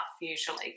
usually